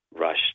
rush